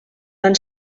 van